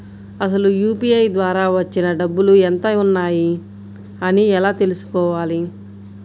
అసలు యూ.పీ.ఐ ద్వార వచ్చిన డబ్బులు ఎంత వున్నాయి అని ఎలా తెలుసుకోవాలి?